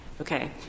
Okay